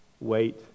Wait